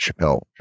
Chappelle